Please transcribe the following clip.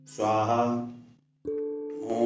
Swaha